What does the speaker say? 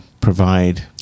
provide